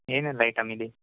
ಏನೆಲ್ಲ ಐಟಮ್ ಇದೆ